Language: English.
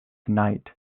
knight